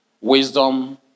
Wisdom